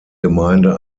gemeinde